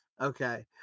okay